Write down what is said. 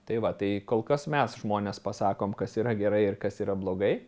tai va tai kol kas mes žmonės pasakom kas yra gerai ir kas yra blogai